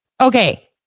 Okay